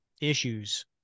issues